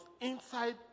inside